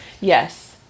yes